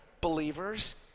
believers